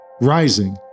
rising